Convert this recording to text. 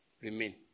remain